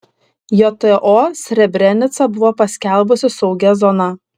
jto srebrenicą buvo paskelbusi saugia zona